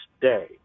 day